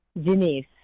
Denise